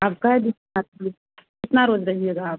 आप कै दिन हाँ तो कितना रोज रहिएगा आप